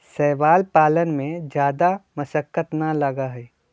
शैवाल पालन में जादा मशक्कत ना लगा हई